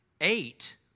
Eight